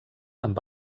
amb